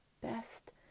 best